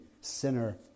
sinner